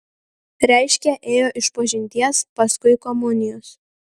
reiškia ėjo išpažinties paskui komunijos